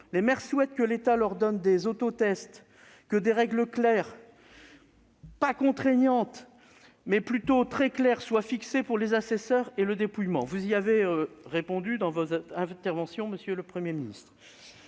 Les maires souhaitent que l'État leur donne des autotests et que des règles claires, mais non contraignantes, soient fixées pour les assesseurs et le dépouillement- vous en avez parlé dans votre intervention, monsieur le Premier ministre.